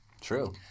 True